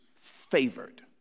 favored